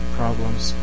problems